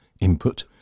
input